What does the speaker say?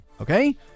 okay